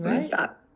stop